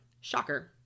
Shocker